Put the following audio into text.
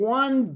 one